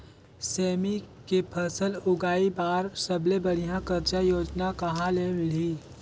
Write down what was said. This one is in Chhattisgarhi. सेमी के फसल उगाई बार सबले बढ़िया कर्जा योजना कहा ले मिलही?